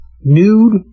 Nude